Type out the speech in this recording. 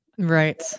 Right